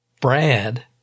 Brad